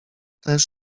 też